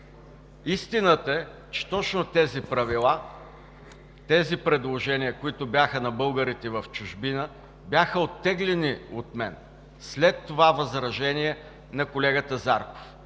Истината е, че точно тези правила, тези предложения, които бяха на българите в чужбина, бяха оттеглени от мен след това възражение на колегата Зарков.